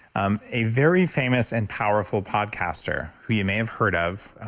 um a very famous and powerful podcaster who you may have heard of